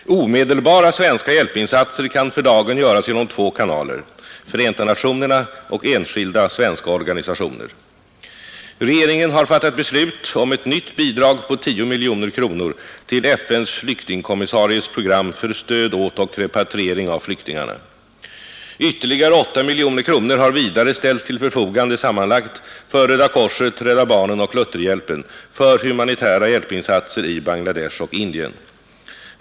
Omedelbara svenska hjälpinsatser kan för dagen göras genom två kanaler: Förenta nationerna och enskilda svenska organisationer. Regeringen har fattat beslut om ett nytt bidrag på 10 miljoner kronor till FN:s flyktingkommissaries program för stöd åt och repatriering av flyktingarna. Ytterligare 8 miljoner kronor har vidare ställts till förfogande sammanlagt för Röda korset, Rädda barnen och Lutherhjälpen för humanitära hjälpinsatser i Bangladesh och Indien.